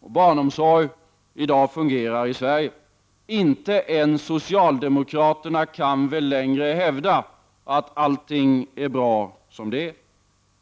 och barnomsorg i dag fungerar i Sverige. Inte ens socialdemokraterna kan väl längre hävda att allting är bra som det är.